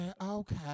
Okay